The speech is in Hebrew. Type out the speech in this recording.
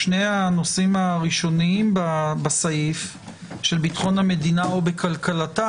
שני הנושאים הראשונים בסעיף של ביטחון המדינה או בכלכלתה,